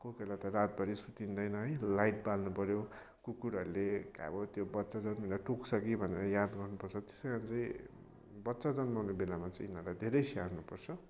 अब कोही कोही बेला त रातभरि सुतिँदैन है लाइट बाल्नुपऱ्यो कुकुरहरूले अब त्यो बच्चा जन्मिँदा टोक्छ कि भनेर याद गर्नुपर्छ त्यस कारण चाहिँ बच्चा जन्माउनेबेलामा चाहिँ यिनीहरूलाई धेरै स्याहार्नु पर्छ